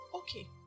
Okay